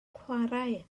chwarae